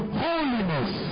holiness